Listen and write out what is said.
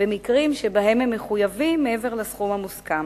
במקרים שבהם הם מחויבים מעבר לסכום המוסכם.